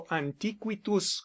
antiquitus